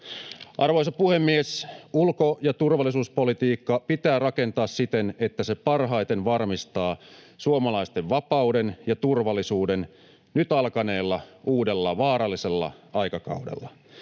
Arvoisa puhemies! Ulko- ja turvallisuuspolitiikkaa pitää rakentaa siten, että se parhaiten varmistaa suomalaisten vapauden ja turvallisuuden nyt alkaneella uudella, vaarallisella aikakaudella.